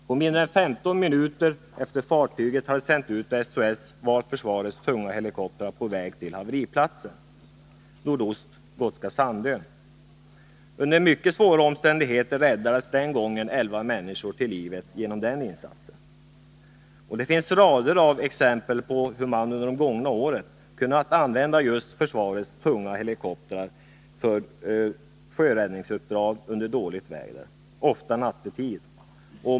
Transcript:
På mindre än 15 minuter efter det att fartyget sänt ut SOS var försvarets tunga helikoptrar på väg mot haveriplatsen nordost Gotska Sandön. Under mycket svåra omständigheter räddades elva människor till livet genom den insatsen. Det finns rader av exempel på hur man under de gångna åren i dåligt väder och ofta nattetid kunnat använda just försvarets tunga helikoptrar för sjöräddningsuppdrag.